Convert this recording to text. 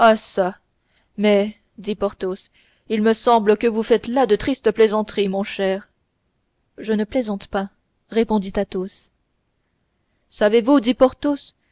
mais dit porthos il me semble que vous faites là de tristes plaisanteries mon cher je ne plaisante pas répondit athos savez-vous dit porthos que